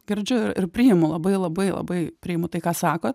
girdžiu ir priimu labai labai labai priimu tai ką sakot